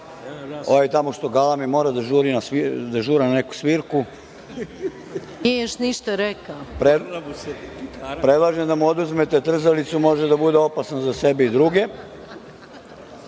tamo što galami mora da žuri na neku svirku. Predlažem da mu oduzmete trzalicu, može da bude opasan za sebe i druge. Naime,